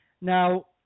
Now